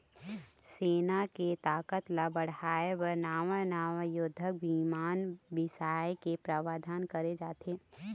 सेना के ताकत ल बढ़ाय बर नवा नवा युद्धक बिमान बिसाए के प्रावधान करे जाथे